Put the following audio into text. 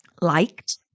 liked